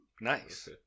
Nice